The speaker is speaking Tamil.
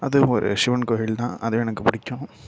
அதுவும் ஒரு ஷிவன் கோயில் தான் அது எனக்கு பிடிக்கும்